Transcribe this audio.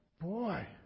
boy